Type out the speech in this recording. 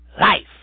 life